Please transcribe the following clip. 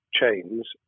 chains